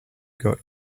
got